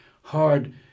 hard